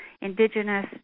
indigenous